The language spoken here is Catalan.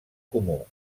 comú